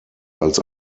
als